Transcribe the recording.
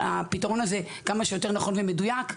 הפתרון הזה יהיה כמה שיותר נכון ומדויק.